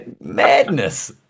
madness